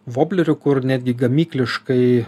voblerių kur netgi gamykliškai